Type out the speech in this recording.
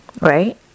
right